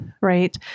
right